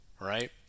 right